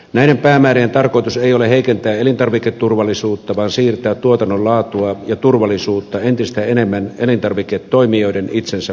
näiden päämäärien tarkoitus ei ole heikentää elintarviketurvallisuutta vaan siirtää tuotannon laatua ja turvallisuutta entistä enemmän elintarviketoimijoiden itsensä vastuulle